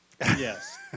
Yes